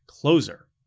Closer